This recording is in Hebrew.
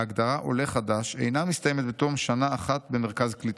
ההגדרה 'עולה חדש' אינה מסתיימת בתום שנה אחת במרכז קליטה.